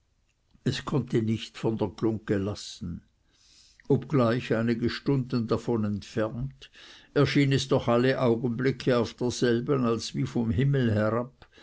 es konnte nicht von der glungge lassen obgleich einige stunden davon entfernt erschien es doch alle augenblicke auf der selben als wie vom himmel herab